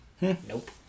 Nope